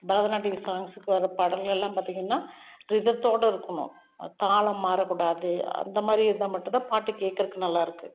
பரதநாட்டியம் சாங்ஸ்க்கு வர்ற பாடல்கள் எல்லாம் பார்த்திங்கன்னா ரிதத்தோட இருக்கணும் தாளம் மாறக்கூடாது அந்தமாதிரி இருந்தால் மட்டும் தான் பாட்டு கேட்குறக்கு நல்லா இருக்கும்